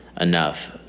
enough